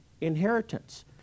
inheritance